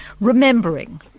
remembering